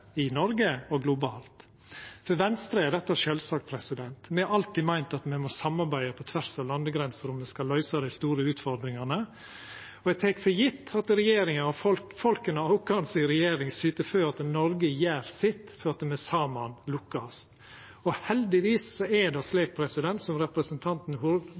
i Noreg og globalt. For Venstre er dette sjølvsagt. Me har alltid meint at me må samarbeida på tvers av landegrenser om me skal løysa dei store utfordringane, og eg tek for gjeve at regjeringa og våre folk der syter for at Noreg gjer sitt for at me saman lukkast. Heldigvis er det slik som representanten